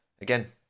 again